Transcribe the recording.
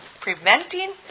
preventing